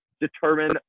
determine